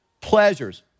pleasures